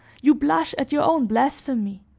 you blush at your own blasphemy